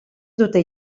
dute